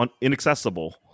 inaccessible